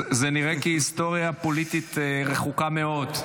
זה נראה כהיסטוריה פוליטית רחוקה מאוד.